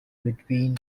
between